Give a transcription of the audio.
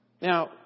Now